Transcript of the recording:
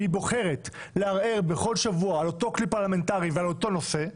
והיא בוחרת לערער בכל שבוע על אותו כלי פרלמנטרי ועל אותו נושא,